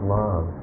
love